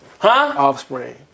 Offspring